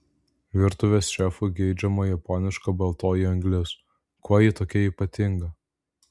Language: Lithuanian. virtuvės šefų geidžiama japoniška baltoji anglis kuo ji tokia ypatinga